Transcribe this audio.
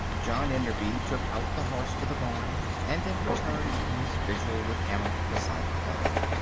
john enderby took out the horse to the barn, and then returned to his vigil with anna beside the fire.